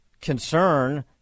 concern